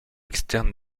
externe